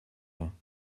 vingts